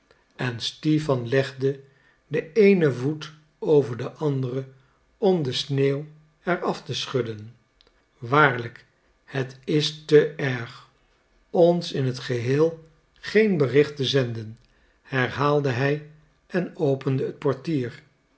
en stipan legde den eenen voet over den anderen om de sneeuw er af te schudden waarlijk het is te erg ons in het geheel geen bericht te zenden herhaalde hij en opende het portier